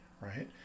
Right